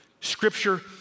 Scripture